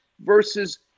versus